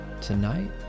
tonight